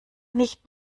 nicht